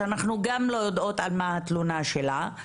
שאנחנו גם לא יודעות על מה התלונה שלה,